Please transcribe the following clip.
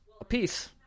apiece